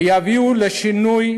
ויביאו לשינוי,